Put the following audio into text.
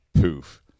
poof